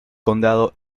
condado